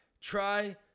try